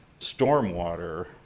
stormwater